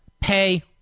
pay